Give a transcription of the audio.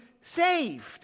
saved